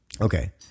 Okay